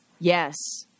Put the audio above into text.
Yes